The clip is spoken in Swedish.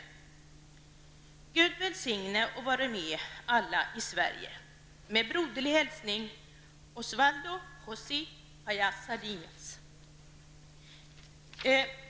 Gud välsigne och vare med alla familjer i Sverige.